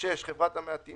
אחת את כל הקרן.